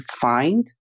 find